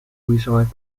ujrzała